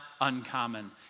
uncommon